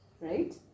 right